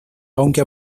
aunque